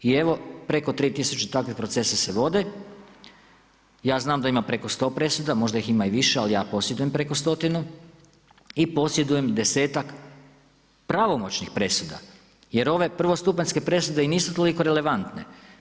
I evo, preko 3 tisuće takvih procesa se vode, ja znam da ima preko sto presuda, možda ih ima i više ali ja posjedujem preko stotinu i posjedujem desetak pravomoćnih presuda jer ove prvostupanjske presude i nisu toliko relevantne.